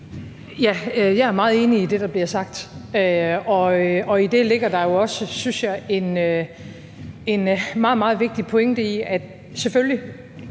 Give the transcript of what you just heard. jeg er meget enig i det, der bliver sagt, og i det ligger der jo også, synes jeg, en meget, meget vigtig pointe i, at der selvfølgelig